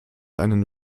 einen